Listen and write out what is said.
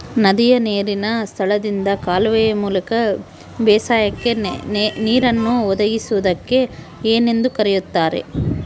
ನದಿಯ ನೇರಿನ ಸ್ಥಳದಿಂದ ಕಾಲುವೆಯ ಮೂಲಕ ಬೇಸಾಯಕ್ಕೆ ನೇರನ್ನು ಒದಗಿಸುವುದಕ್ಕೆ ಏನೆಂದು ಕರೆಯುತ್ತಾರೆ?